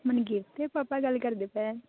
ਮਨਕੀਰਤ ਦੇ ਪਾਪਾ ਗੱਲ ਕਰਦੇ ਪਏ